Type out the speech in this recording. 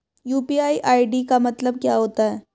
UPI ID का मतलब क्या होता है?